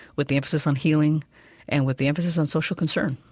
with the emphasis on healing and with the emphasis on social concern.